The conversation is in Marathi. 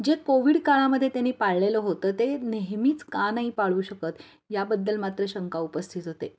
जे कोविड काळामध्ये त्यांनी पाळलेलं होतं ते नेहमीच का नाही पाळू शकत याबद्दल मात्र शंका उपस्थित होते